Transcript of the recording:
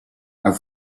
are